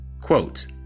quote